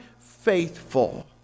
faithful